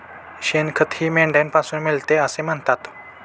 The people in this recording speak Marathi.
शेणखतही मेंढ्यांपासून मिळते असे म्हणतात